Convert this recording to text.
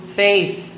faith